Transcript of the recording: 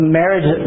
marriage